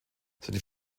seine